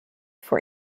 for